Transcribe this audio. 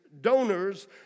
donors